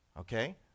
Okay